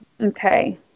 Okay